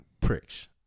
pricks